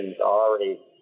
already